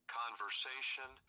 conversation